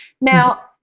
Now